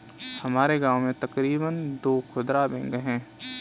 हमारे गांव में तकरीबन दो खुदरा बैंक है